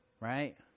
Right